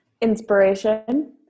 inspiration